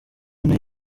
nayo